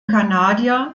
kanadier